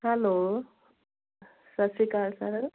hello ਸਤਿ ਸ਼੍ਰੀ ਅਕਾਲ ਸਰ